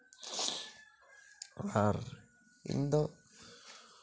ᱟᱨ ᱤᱧᱫᱚ